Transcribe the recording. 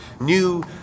new